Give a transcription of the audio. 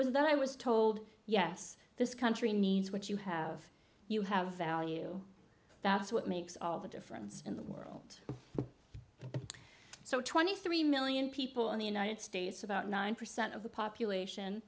was that i was told yes this country needs what you have you have value that's what makes all the difference in the world so twenty three million people in the united states about nine percent of the